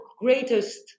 greatest